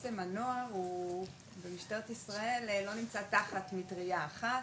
ובעצם הנוער הוא במשטרת ישראל לא נמצא תחת מטרייה אחת,